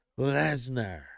Lesnar